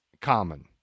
common